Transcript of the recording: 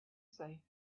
say